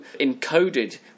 encoded